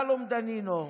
שלום דנינו,